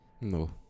no